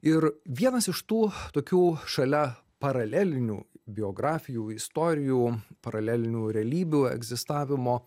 ir vienas iš tų tokių šalia paralelinių biografijų istorijų paralelinių realybių egzistavimo